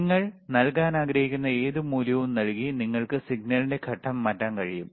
നിങ്ങൾ നൽകാൻ ആഗ്രഹിക്കുന്ന ഏത് മൂല്യവും നൽകി നിങ്ങൾക്ക് സിഗ്നലിന്റെ ഘട്ടം മാറ്റാൻ കഴിയും